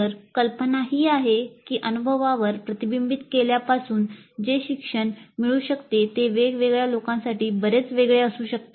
तर कल्पना ही आहे की अनुभवावर प्रतिबिंबित केल्यापासून जे शिक्षण मिळू शकते ते वेगवेगळ्या लोकांसाठी बरेच वेगळे असू शकते